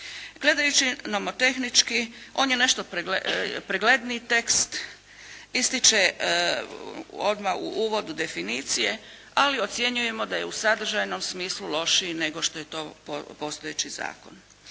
Gledajući nomo-tehnički on je nešto pregledniji tekst. Ističe odmah u uvodu definicije, ali ocjenjujemo da je u sadržajnom smislu lošiji nego što je to postojeći zakon.